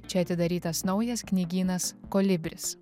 čia atidarytas naujas knygynas kolibris